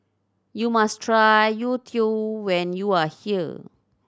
you must try youtiao when you are here